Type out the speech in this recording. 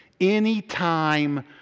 anytime